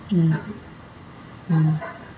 mm mm